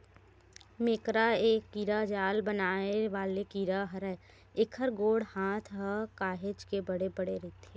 मेकरा ए कीरा जाल बनाय वाले कीरा हरय, एखर गोड़ हात ह काहेच के बड़े बड़े रहिथे